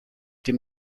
dem